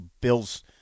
Bill's